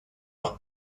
leur